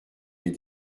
les